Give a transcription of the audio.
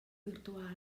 virtuals